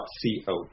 .co